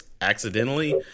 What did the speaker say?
accidentally